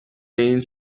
این